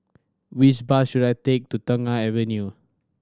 which bus should I take to Tengah Avenue